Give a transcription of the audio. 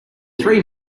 three